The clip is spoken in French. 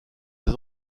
des